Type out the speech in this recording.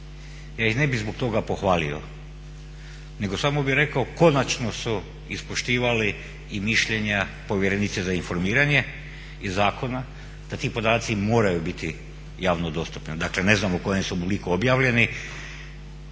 ja ih ne bih zbog toga pohvalio nego samo bih rekao konačno su ispoštivali i mišljenja povjerenice za informiranje i zakona da ti podaci moraju biti javno dostupni. Dakle, ne znam u kojem su obliku objavljeni